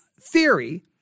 theory